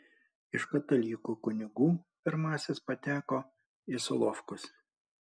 iš katalikų kunigų pirmasis pateko į solovkus